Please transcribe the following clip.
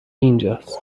اینجاس